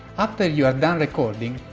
after you're done recording,